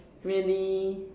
really